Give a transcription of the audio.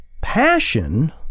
passion